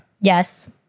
Yes